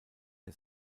der